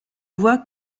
voient